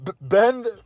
Ben